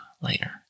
later